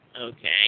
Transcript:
Okay